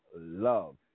love